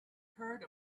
heard